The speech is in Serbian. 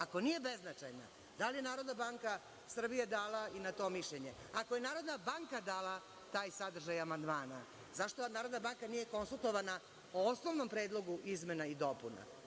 Ako nije beznačajna, da li je Narodna banka Srbije dala i na to mišljenje? Ako je Narodna banka dala taj sadržaj amandmana, zašto Narodna banka nije konsultovana o osnovnom predlogu izmena i dopuna?